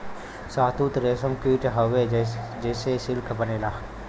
शहतूत रेशम कीट हउवे जेसे सिल्क बनेला